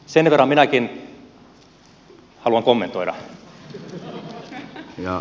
sen verran minäkin haluan kommentoida